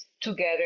together